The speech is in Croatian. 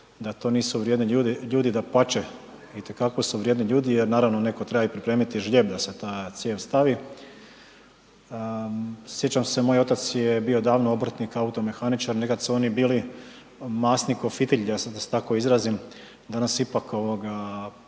da to nisu vrijedni ljudi, dapače, itekako su vrijedni ljudi jer naravno netko treba i pripremiti žlijeb da se ta cijev stavi. Sjećam se, moj otac je bio davno obrtnik automehaničar, nekad su oni bili masni ko fitilj, da se tako izrazim, danas ipak postoji